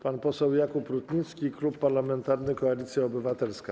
Pan poseł Jakub Rutnicki, Klub Parlamentarny Koalicja Obywatelska.